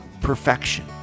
perfection